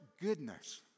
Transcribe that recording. goodness